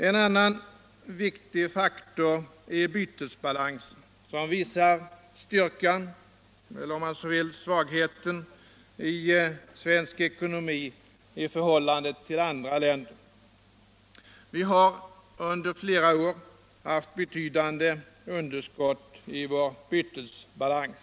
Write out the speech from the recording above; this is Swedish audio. En annan viktig faktör är bytesbalansen, som visar styrkan — eller om maun så vill svagheten — i svensk ekonomi i förhållande till andra länders. Vi har under flera år haft betydande underskott i vår bytesbalans.